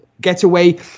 getaway